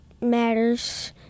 Matters